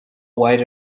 white